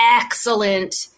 excellent